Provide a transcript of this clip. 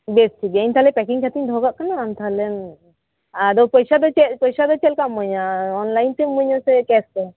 ᱵᱮᱥ ᱴᱷᱤᱠ ᱜᱮᱭᱟ ᱤᱧ ᱛᱟᱦᱞᱮ ᱯᱮᱠᱤᱝ ᱠᱟᱛᱮᱜ ᱤᱧ ᱫᱚᱦᱚ ᱠᱟᱜ ᱠᱟᱱᱟ ᱛᱟᱦᱞᱮᱢ ᱟᱫᱚ ᱯᱚᱭᱥᱟ ᱫᱚ ᱪᱮᱜ ᱯᱚᱭᱥᱟ ᱫᱚ ᱪᱮᱜ ᱠᱟᱢ ᱤᱢᱟᱹᱧᱟ ᱚᱱᱞᱟᱭᱤᱱ ᱛᱮᱢ ᱤᱢᱟᱹᱧᱟ ᱥᱮ ᱠᱮᱥ ᱛᱮ